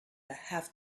have